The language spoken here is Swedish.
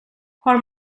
har